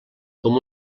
com